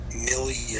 million